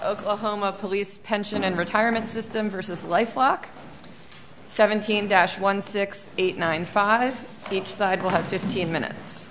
oklahoma police pension and retirement system versus life lock seventeen dash one six eight nine five each side will have fifteen minutes